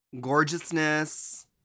Gorgeousness